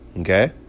Okay